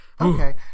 Okay